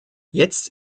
jetzt